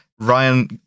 Ryan